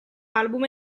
album